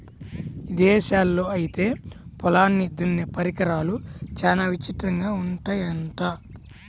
ఇదేశాల్లో ఐతే పొలాల్ని దున్నే పరికరాలు చానా విచిత్రంగా ఉంటయ్యంట